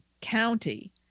County